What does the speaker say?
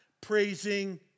Praising